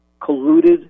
colluded